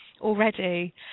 already